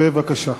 בבקשה.